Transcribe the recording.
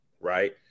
right